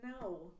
no